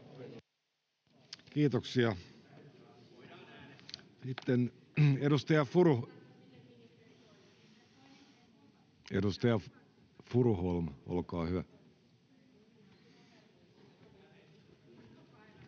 Kiitoksia. — Edustaja Furuholm, olkaa hyvä. [Speech